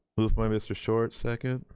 moved by mr. short. second.